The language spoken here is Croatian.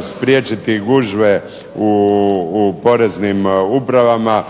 spriječiti gužve u poreznim upravama,